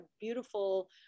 beautiful